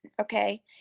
Okay